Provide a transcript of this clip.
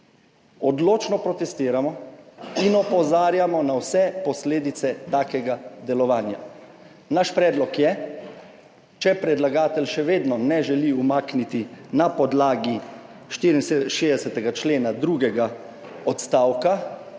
(nadaljevanje) vse posledice takega delovanja. Naš predlog je, če predlagatelj še vedno ne želi umakniti na podlagi 64. člena drugega odstavka